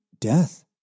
death